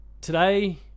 today